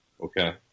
Okay